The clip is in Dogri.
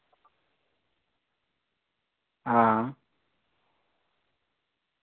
हां